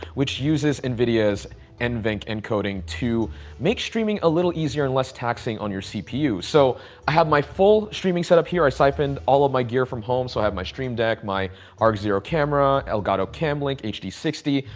which uses in videos and nvenc encoding to make streaming a little easier and less taxing on your cpu so i have my full streaming setup here. i siphoned all of my gear from home so i have my stream deck my r x zero camera, elgato cam link, h d six zero.